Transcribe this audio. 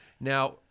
Now